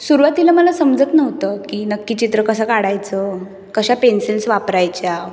सुरुवातीला मला समजत नव्हतं की नक्की चित्र कसं काढायचं कशा पेन्सिल्स वापरायच्या